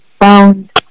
found